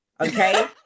Okay